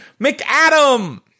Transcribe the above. McAdam